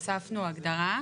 הוספנו הגדרה.